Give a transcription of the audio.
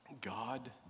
God